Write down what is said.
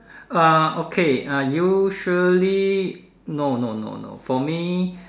ah okay ah usually no no no no for me